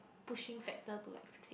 pushing factor to like fix it